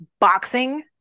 boxing